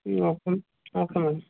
okay okay madam